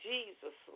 Jesus